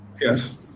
yes